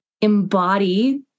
embody